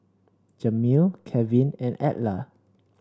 Jamil Kevin and Edla